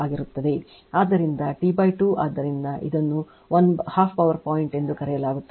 ಆದ್ದರಿಂದ t 2 ಆದ್ದರಿಂದ ಇದನ್ನು 12 ಪವರ್ ಪಾಯಿಂಟ್ ಎಂದು ಕರೆಯಲಾಗುತ್ತದೆ